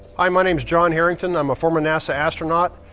hi, my name's john harrington, i'm a former nasa astronaut.